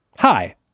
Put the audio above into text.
Hi